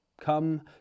Come